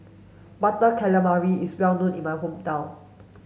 butter calamari is well known in my hometown